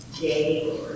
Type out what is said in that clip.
day